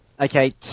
Okay